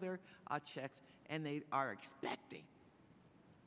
their checks and they are expecting